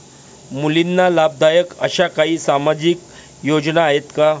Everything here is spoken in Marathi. मुलींना लाभदायक अशा काही सामाजिक योजना आहेत का?